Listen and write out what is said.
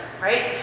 Right